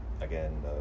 again